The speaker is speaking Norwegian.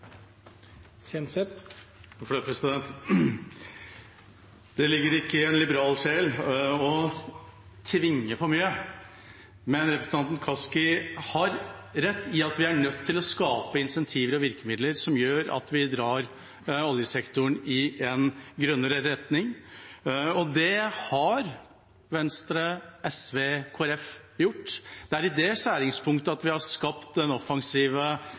Kaski har rett i at vi er nødt til å skape incentiver og virkemidler som gjør at vi drar oljesektoren i en grønnere retning, og det har Venstre, SV og Kristelig Folkeparti gjort. I det skjæringspunktet har vi skapt den offensive energipolitikken. Særlig når det er mindretallsregjering, skapes mulighetene. Jeg må påpeke spriket mellom Arbeiderpartiet og Senterpartiet her, og det